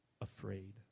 afraid